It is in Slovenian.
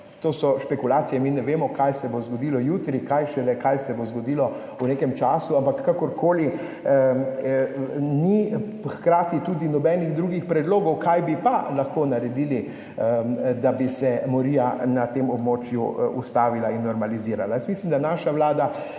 to so špekulacije. Mi ne vemo, kaj se bo zgodilo jutri, kaj šele, kaj se bo zgodilo v nekem času. Ampak kakorkoli, ni hkrati tudi nobenih drugih predlogov, kaj bi pa lahko naredili, da bi se morija na tem območju ustavila in normalizirala. Jaz mislim, da naša vlada